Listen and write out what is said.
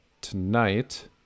tonight